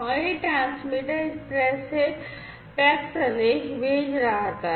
और यह ट्रांसमीटर इस तरह से पैक संदेश भेज रहा था